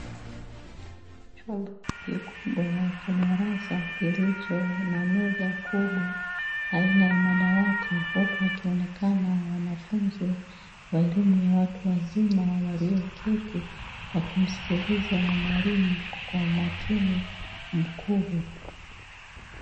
Chumba kikubwa cha darasa kilicho na meza kubwa aina ya madawati, huku wakionekana wanafunzi wa elimu ya watu wazima walioketi; wakimsikiliza mwalimu kwa umakini mkubwa.